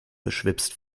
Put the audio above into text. beschwipst